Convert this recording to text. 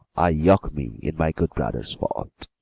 i yoke me in my good brother's fault.